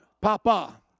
Papa